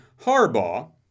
Harbaugh